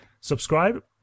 Subscribe